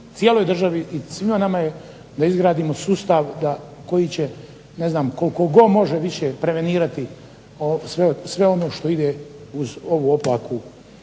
cijeloj državi je i svima nama da izgradimo sustav koji će, ne znam, koliko god može više prevenirati sve ono što ide uz ovu opaku